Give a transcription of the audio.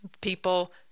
People